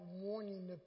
warning